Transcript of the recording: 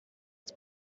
its